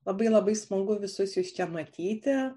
labai labai smagu visus jus čia matyti